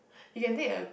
you can take a